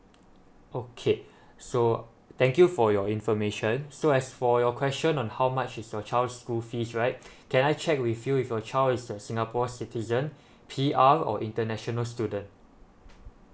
okay so thank you for your information so as for your question on how much is your child's school fees right can I check with you if your child is a singapore citizen P_R or international student